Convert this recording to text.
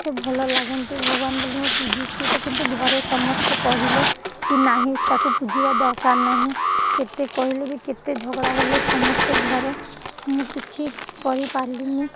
ସେ ଭଲ ଲାଗନ୍ତି ଭଗବାନ ବୋଲି ମୁଁ ପୂଜୁଛି ତ କିନ୍ତୁ ଘରେ ସମସ୍ତେ କହିଲେ କି ନାହିଁ ତାକୁ ପୂଜିବା ଦରକାର ନାହିଁ କେତେ କହିଲେ ବି କେତେ ଝଗଡ଼ା ହେଲେ ସମସ୍ତେ ଘରେ ମୁଁ କିଛି କରିପାରିଲିନି